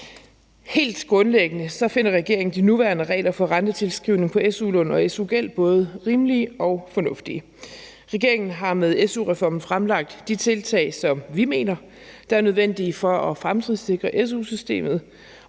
Helt grundlæggende finder regeringen de nuværende regler for rentetilskrivning på su-lån og su-gæld både rimelige og fornuftige. Regeringen har med su-reformen fremlagt de tiltag, som vi mener er nødvendige for at fremtidssikre su-systemet,